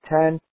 Ten